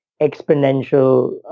exponential